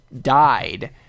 died